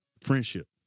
Friendship